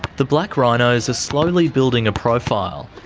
the black rhinos are slowly building a profile.